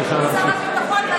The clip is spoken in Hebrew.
בבקשה להמשיך.